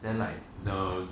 then like the